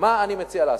אני מציע לעשות?